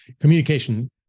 communication